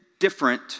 different